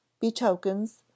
betokens